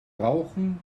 rauchen